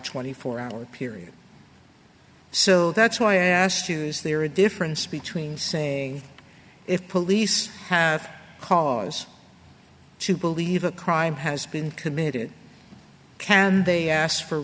twenty four hour period so that's why i asked use there a difference between saying if police have cause to believe a crime has been committed can they asked for